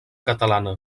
catalana